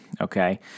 okay